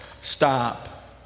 Stop